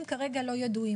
הפרמטרים כרגע לא ידועים,